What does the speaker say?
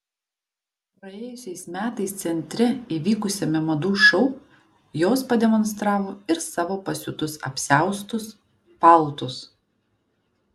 praėjusiais metais centre įvykusiame madų šou jos pademonstravo ir savo pasiūtus apsiaustus paltus